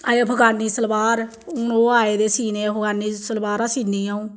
अज्जै अफगानी सलवार हून ओह् आए दे सीने अफगानी सलवारां सीन्नी अ'ऊं